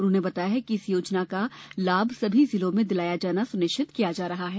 उन्होंने बताया कि इस योजना का सभी जिलों में लाभ दिलाया जाना सुनिश्चित किया जा रहा है